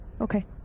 Okay